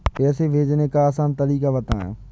पैसे भेजने का आसान तरीका बताए?